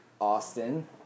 Austin